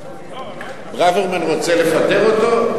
ברוורמן רוצה לפטר אותו?